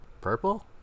Purple